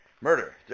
murder